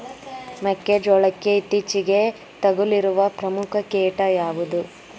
ಮೆಕ್ಕೆ ಜೋಳಕ್ಕೆ ಇತ್ತೀಚೆಗೆ ತಗುಲಿರುವ ಪ್ರಮುಖ ಕೀಟ ಯಾವುದು?